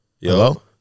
Hello